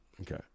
okay